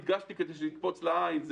הדגשתי כדי שזה יקפוץ לעין.